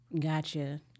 Gotcha